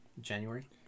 january